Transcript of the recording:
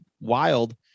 wild